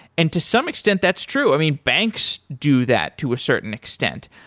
and to some extent, that's true. i mean, banks do that to a certain extent.